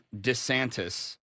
DeSantis